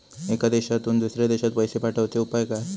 एका देशातून दुसऱ्या देशात पैसे पाठवचे उपाय काय?